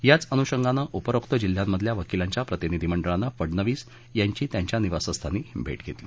याचं अनुषंगाने उपरोक्त जिल्ह्यांमधील वकिलांच्या प्रतिनिधी मंडळानं फडणवीस यांची त्यांच्या निवासस्थानी भेट घेतली